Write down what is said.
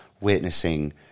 witnessing